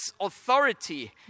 authority